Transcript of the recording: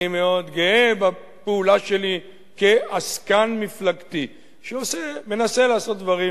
אני מאוד גאה בפעולה שלי כעסקן מפלגתי שמנסה לעשות דברים